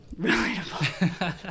relatable